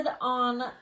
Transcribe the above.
on